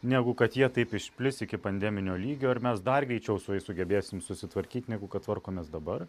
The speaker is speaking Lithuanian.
negu kad jie taip išplis iki pandeminio lygio ir mes dar greičiau su jais sugebėsim susitvarkyt negu kad tvarkomės dabar